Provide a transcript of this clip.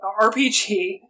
RPG